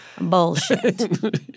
Bullshit